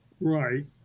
Right